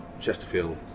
Chesterfield